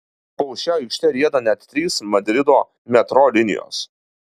po šia aikšte rieda net trys madrido metro linijos